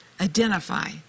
identify